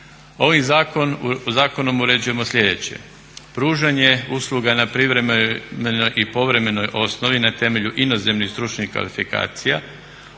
Ovim zakonom uređujemo sljedeće: pružanje usluga na privremenoj i povremenoj osnovi na temelju inozemnih stručnih kvalifikacija,